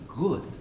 good